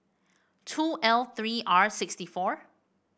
two L three R sixty four